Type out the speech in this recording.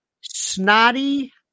Snotty